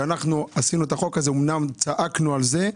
כשעשינו את החוק הזה אומנם צעקנו על זה,